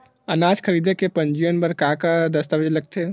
अनाज खरीदे के पंजीयन बर का का दस्तावेज लगथे?